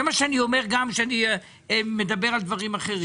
זה מה שאני אומר גם כשאני מדבר על דברים אחרים.